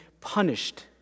punished